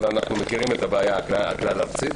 ואנחנו מכירים את הבעיה הכלל ארצית,